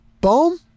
boom